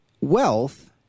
wealth